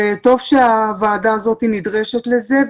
טוב שהוועדה הזו נדרשת לזה.